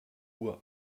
uhr